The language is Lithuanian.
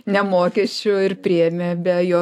ne mokesčiu ir priėmė be jo